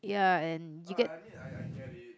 ya and you get